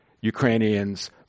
Ukrainians